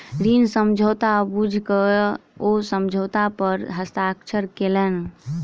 ऋण समझौता बुइझ क ओ समझौता पर हस्ताक्षर केलैन